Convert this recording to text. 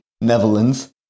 Netherlands